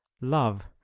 love